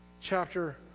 chapter